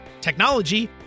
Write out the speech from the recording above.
technology